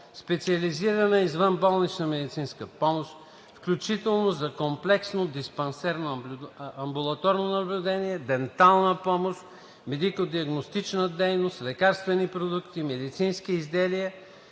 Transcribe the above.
специализирана извънболнична медицинска помощ, включително за комплексно диспансерно (амбулаторно) наблюдение, дентална помощ, медико-диагностична дейност, лекарствени продукти, медицински изделия